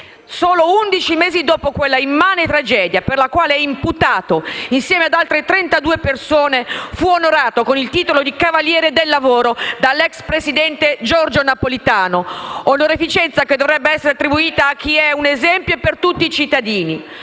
solo undici mesi dopo quella immane tragedia, per la quale è imputato insieme ad altre 32 persone, fu onorato con il titolo di cavaliere del lavoro dall'ex presidente Giorgio Napolitano, onorificenza che dovrebbe essere attribuita a chi è un esempio per tutti i cittadini.